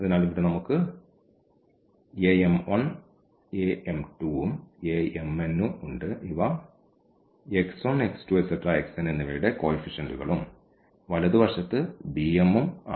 അതിനാൽ ഇവിടെ നമുക്ക് ഉം ഉം ഉണ്ട് ഇവ എന്നിവയുടെ കോയിഫിഷ്യന്റ്കളും വലതുവശത്ത് ഉം ആണ്